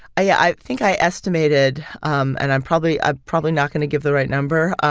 i yeah i think i estimated um and i'm probably ah probably not going to give the right number,